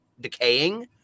decaying